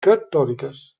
catòliques